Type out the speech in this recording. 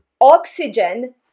oxygen